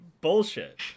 bullshit